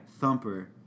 thumper